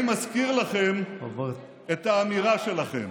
אני מזכיר לכם את האמירה שלכם: